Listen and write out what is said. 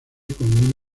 con